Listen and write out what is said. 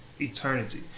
eternity